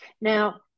Now